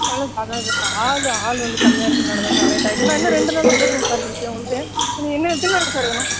அதான் அதான் சார் ஆள் ஆள் வந்து கம்மியாக இருக்கிறதுனாலதான் சார் லேட்டாகிட்டு நான் இன்னும் ரெண்டு நாளில் கொடுத்துடுவேன் சார் திருப்பி உங்களுக்கு நீங்கள் இன்னும் எத்தினி நாளில் சார் வேணும்